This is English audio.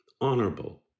honorable